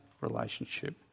relationship